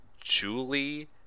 Julie